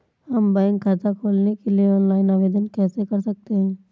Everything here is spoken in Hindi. हम बैंक खाता खोलने के लिए ऑनलाइन आवेदन कैसे कर सकते हैं?